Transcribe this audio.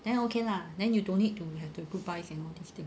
then okay lah then you don't need to have to group buy all these things